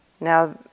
Now